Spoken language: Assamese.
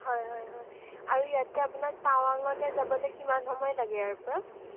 হয় হয় হয় আৰু ইয়াতে আপোনাৰ টাৱাঙলৈ যাবলৈ কিমান সময় লাগে ইয়াৰপৰা